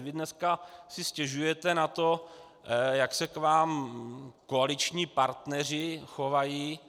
Vy dneska si stěžujete na to, jak se k vám koaliční partneři chovají.